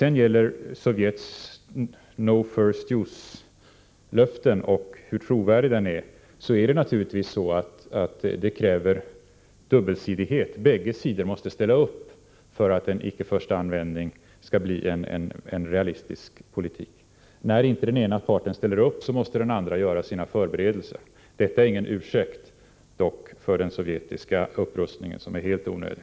Då det gäller Sovjets no-first-use-löften och hur trovärdiga dessa är, krävs det naturligtvis dubbelsidighet. Bägge sidor måste ställa upp för att en icke-förstaanvändning skall bli realistisk politik. När inte den ena parten ställer upp, måste den andra göra sina förberedelser. Detta är dock ingen ursäkt för den sovjetiska upprustningen, som är helt onödig.